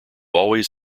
always